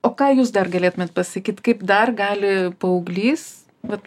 o ką jūs dar galėtumėt pasakyt kaip dar gali paauglys vat